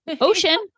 Ocean